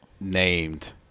named